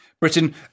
Britain